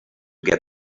get